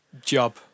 job